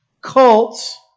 cults